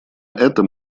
это